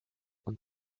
und